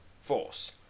force